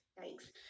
thanks